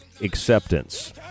acceptance